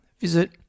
visit